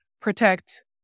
protect